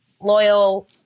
loyal